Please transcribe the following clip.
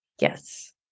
Yes